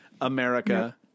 America